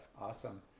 Awesome